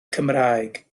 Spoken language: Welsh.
cymraeg